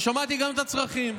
ושמעתי גם את הצרכים.